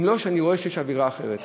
אם לא הייתי רואה שיש אווירה אחרת.